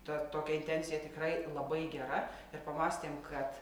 ta tokia intencija tikrai labai gera ir pamąstėm kad